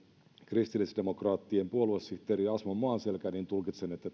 kristillisdemokraattien puoluesihteeri asmo maanselkä niin tulkitsen että